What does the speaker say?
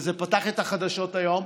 וזה פתח את החדשות היום.